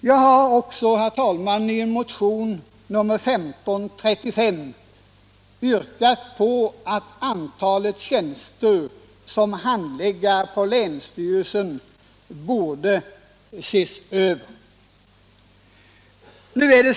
Jag har, herr talman, i motion 1535 yrkat på att frågan om antalet handläggare vid länsstyrelserna borde ses över.